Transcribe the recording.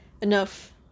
Enough